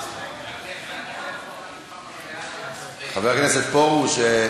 חבר הכנסת פרוש,